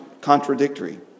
contradictory